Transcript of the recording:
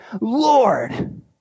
Lord